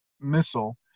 missile